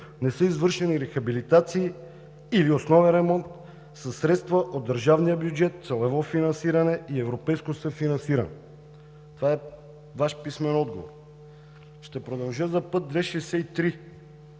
не са извършени рехабилитации или основен ремонт със средства от държавния бюджет, целево финансиране и европейско съфинансиране.“ Това е Ваш писмен отговор. Ще продължа за път II-63.